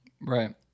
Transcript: Right